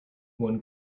one